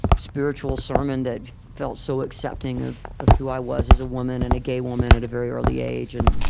spiritual sermon that felt so accepting of of who i was as a woman and a gay woman at a very early age. and